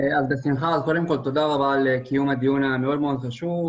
תודה רבה על קיום הדיון המאוד מאוד חשוב.